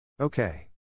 Okay